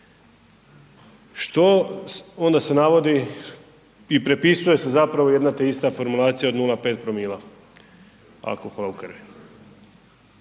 što, onda se navodi i prepisuje se zapravo jedna te ista formulacija od 0,5 promila alkohola